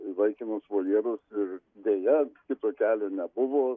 laikinus voljerus ir deja kito kelio nebuvo